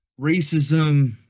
Racism